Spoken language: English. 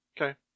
Okay